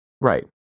Right